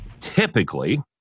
Typically